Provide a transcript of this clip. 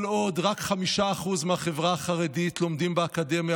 כל עוד רק 5% מהחברה החרדית לומדים באקדמיה,